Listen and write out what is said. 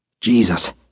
Jesus